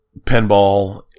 pinball